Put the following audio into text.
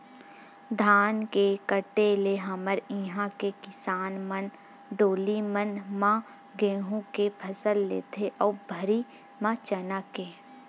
धान के कटे ले हमर इहाँ के किसान मन डोली मन म गहूँ के फसल लेथे अउ भर्री म चना के